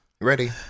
Ready